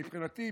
מבחינתי,